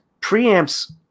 preamps